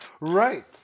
Right